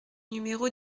numéro